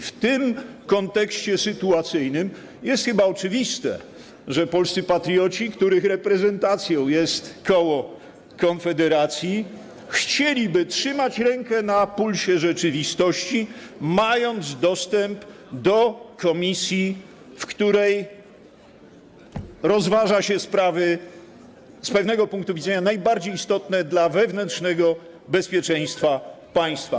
W tym kontekście sytuacyjnym jest chyba oczywiste, że polscy patrioci, których reprezentacją jest koło Konfederacji, chcieliby trzymać rękę na pulsie rzeczywistości, mając dostęp do komisji, w której rozważa się sprawy z pewnego punktu widzenia najbardziej istotne dla wewnętrznego bezpieczeństwa państwa.